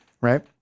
right